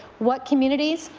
what communities,